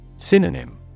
Synonym